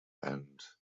and